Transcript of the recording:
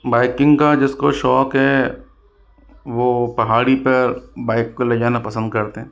biking का जिसको शौक़ है वह पहाड़ी पर बाइक को ले जाना पसंद करते हैं